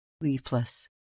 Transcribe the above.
leafless